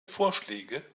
vorschläge